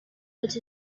with